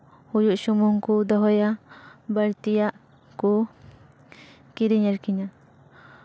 ᱦᱩᱭᱩᱜ ᱥᱩᱢᱩᱝ ᱠᱚ ᱫᱚᱦᱚᱭᱟ ᱵᱟᱹᱲᱛᱤᱭᱟᱜ ᱠᱚ ᱠᱤᱨᱤᱧ ᱟᱹᱠᱷᱨᱤᱧᱟ